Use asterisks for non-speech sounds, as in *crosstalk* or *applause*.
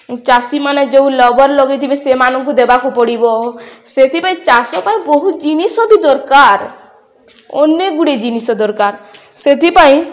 ଚାଷୀମାନେ ଯେଉଁ *unintelligible* ଲଗେଇଥିବେ ସେମାନଙ୍କୁ ଦେବାକୁ ପଡ଼ିବ ସେଥିପାଇଁ ଚାଷ ପାଇଁ ବହୁତ ଜିନିଷ ବି ଦରକାର ଅନେକଗୁଡ଼ିଏ ଜିନିଷ ଦରକାର ସେଥିପାଇଁ